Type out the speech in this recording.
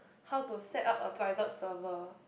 how to set up a private server